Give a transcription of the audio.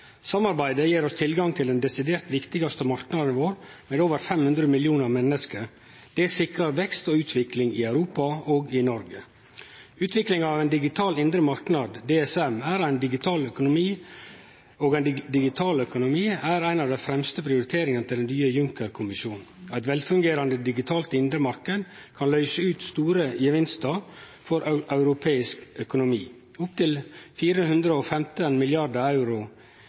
Samarbeidet gjev oss tilgang til den desidert viktigaste marknaden vår, med over 500 millionar menneske. Det sikrar vekst og utvikling i Europa og i Noreg. Utviklinga av ein digital indre marknad, DSM, og ein digital økonomi er ei av dei fremste prioriteringane til den nye Juncker-kommisjonen. Ein velfungerande digital indre marknad kan løyse ut store gevinstar for europeisk økonomi, opptil 415 mrd. euro